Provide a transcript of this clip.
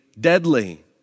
deadly